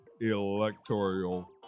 electoral